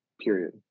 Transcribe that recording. Period